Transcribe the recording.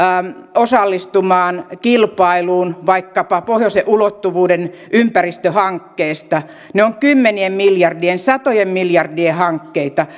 osallistumaan kilpailuun vaikkapa pohjoisen ulottuvuuden ympäristöhankkeista ne ovat kymmenien miljardien satojen miljardien hankkeita